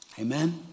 Amen